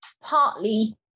partly